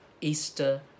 Easter